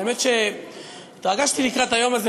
האמת שהתרגשתי לקראת היום הזה,